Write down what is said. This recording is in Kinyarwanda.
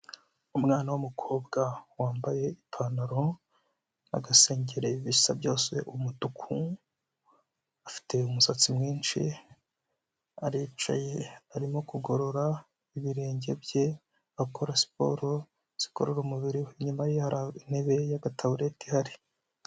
Umwana w'umukobwa wambaye ipantaro, agasengeri bisa byose umutuku, afite umusatsi mwinshi aricaye arimo kugorora ibirenge bye akora siporo zikurura umubiri we inyuma ye hari intebe y'agatabureti ihari.